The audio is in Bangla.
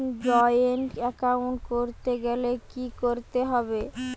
জয়েন্ট এ্যাকাউন্ট করতে গেলে কি করতে হবে?